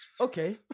Okay